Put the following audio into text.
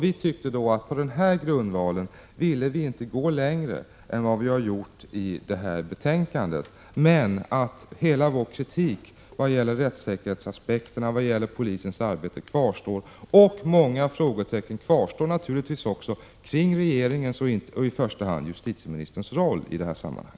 Vi har på denna grundval inte velat gå längre än vi gjort i detta betänkande, men hela vår kritik vad gäller rättssäkerhetsaspekterna och vad gäller polisens arbete kvarstår. Det finns också frågetecken kring regeringens och i första hand justitieministerns roll i detta sammanhang.